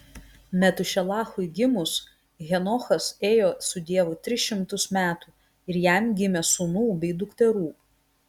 metušelachui gimus henochas ėjo su dievu tris šimtus metų ir jam gimė sūnų bei dukterų